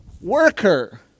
worker